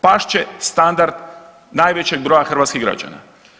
Past će standard najvećeg broja hrvatskih građana.